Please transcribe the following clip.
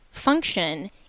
function